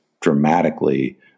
dramatically